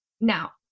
Now